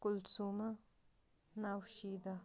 کُلصما نوشیدا